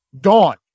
Gone